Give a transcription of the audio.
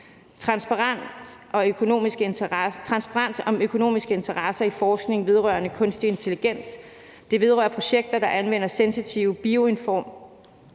transparens om økonomiske interesser i forskning vedrørende kunstig intelligens, som vedrører projekter, der anvender sensitive bioinformatiske